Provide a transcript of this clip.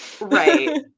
right